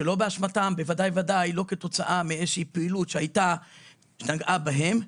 שלא באשמתם ובוודאי ובוודאי שלא כתוצאה מאיזושהי פעילות שנגעה בהם.